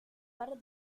better